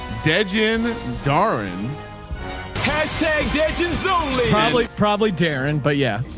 dejan darren hashtag probably probably darren, but yeah.